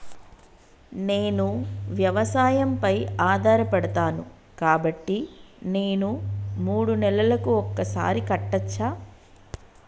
నేను వ్యవసాయం పై ఆధారపడతాను కాబట్టి నేను మూడు నెలలకు ఒక్కసారి కట్టచ్చా?